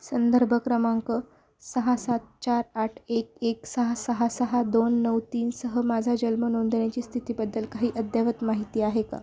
संदर्भ क्रमांक सहा सात चार आठ एक एक सहा सहा सहा दोन नऊ तीनसह माझा जल्म नोंदणीची स्थितीबद्दल काही अद्ययावत माहिती आहे का